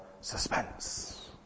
suspense